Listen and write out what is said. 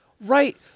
right